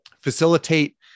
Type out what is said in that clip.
facilitate